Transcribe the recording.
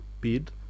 bid